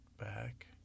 back